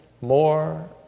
more